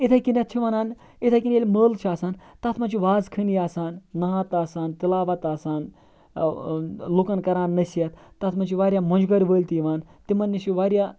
اِتھے کٔنیٚتھ چھِ وَنان اِتھے کنۍ ییٚلہِ مٲلہٕ چھُ آسان تَتھ مَنٛز چھُ واز خٲنی آسان نعت آسان تِلاوَت آسان لُکَن کَران نصحیَت تَتھ مَنٛز چھِ واریاہ مۄنٛجگٔرۍ وٲلۍ تہِ یِوان تِمَن نِش چھُ واریاہ